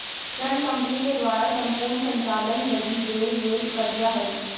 ऋण कम्पनी के द्वारा सम्पूर्ण संचालन लगी देल गेल कर्जा हइ